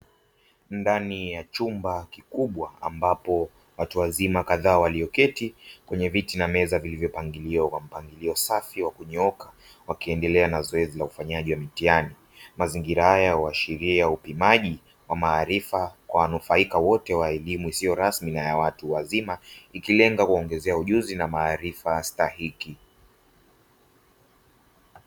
Ndani ya chumba kikubwa, ambapo watu wazima kadhaa wameketi kwenye viti na meza zilizopangwa kwa mpangilio safi wa kunyooka, wakiendelea na zoezi la ufanyaji wa mitihani. Mazingira haya huaashiria upimaji wa maarifa kwa wanufaika wote wa elimu isiyo rasmi ya watu wazima, ikilenga kuongeza ujuzi na maarifa stahiki.